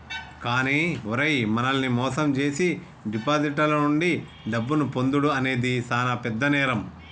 కానీ ఓరై మనల్ని మోసం జేసీ డిపాజిటర్ల నుండి డబ్బును పొందుడు అనేది సాన పెద్ద నేరం